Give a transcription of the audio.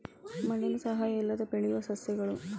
ಮಣ್ಣಿನ ಸಹಾಯಾ ಇಲ್ಲದ ಬೆಳಿಯು ಸಸ್ಯಗಳು